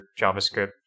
JavaScript